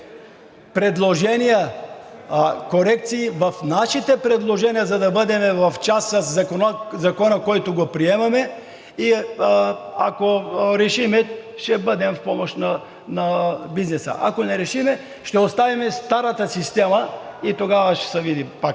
съответните корекции в нашите предложения, за да бъдем в час със Закона, който приемаме, и ако решим, ще бъдем в помощ на бизнеса. Ако не решим, ще оставим старата система и тогава пак ще се види какво